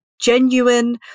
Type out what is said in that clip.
genuine